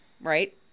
right